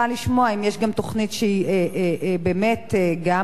אם יש גם תוכנית שהיא באמת גם בנושא,